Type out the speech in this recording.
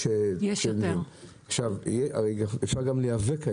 הרי אפשר גם להיאבק.